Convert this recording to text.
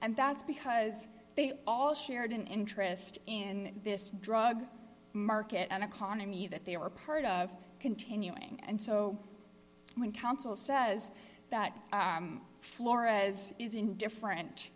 and that's because they all shared an interest in this drug market and economy that they were part of continuing and so when counsel says that flores is indifferent